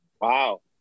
Wow